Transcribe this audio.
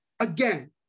again